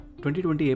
2020